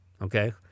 okay